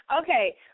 Okay